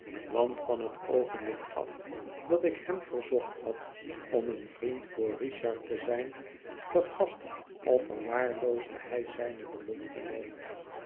want van het oogenblik af dat ik hem verzocht had om een vriend voor richard te zijn vergat of verwaarloosde hij zijne belofte nooit